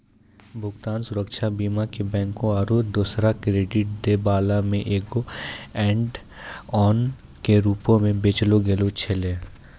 भुगतान सुरक्षा बीमा के बैंको आरु दोसरो क्रेडिट दै बाला मे एगो ऐड ऑन के रूपो मे बेचलो गैलो छलै